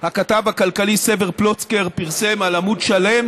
הכתב הכלכלי סבר פלוצקר פרסם על עמוד שלם